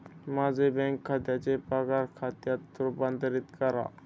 माझे बँक खात्याचे पगार खात्यात रूपांतर करा